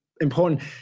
important